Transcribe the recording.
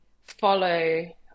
follow